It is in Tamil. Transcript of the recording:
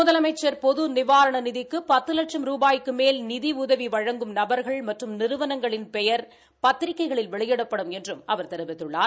முதலமைச்சா் பொது நிவாரண நிதிக்கு பத்து லட்சம் ரூபாய்க்கு மேல் நிதி உதவி வழங்கும் நபர்கள் மற்றும் நிறுவனங்களின் பெயர் பத்திரிகைகளில் வெளியிடப்படும் என்றும் அவர் தெரிவித்துள்ளார்